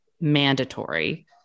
mandatory